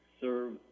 serve